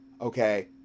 okay